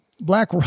Black